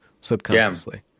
subconsciously